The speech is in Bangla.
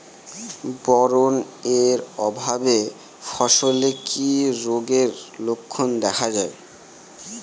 বোরন এর অভাবে ফসলে কি রোগের লক্ষণ দেখা যায়?